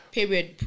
Period